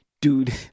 Dude